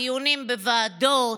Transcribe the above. דיונים בוועדות,